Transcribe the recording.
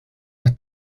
are